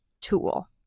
tool